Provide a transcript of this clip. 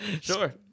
Sure